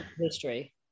history